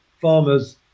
farmers